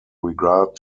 regard